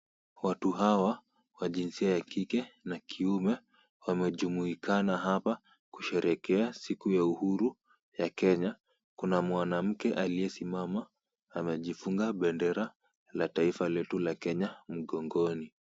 Watu hawa wa jinsia ya kike na kiume wamejumuikana hapa kusherehekea siku ya uhuru ya Kenya. Kuna mwanamke aliyesimama, anajifunga bendera la taifa letu la Kenya mgongoni.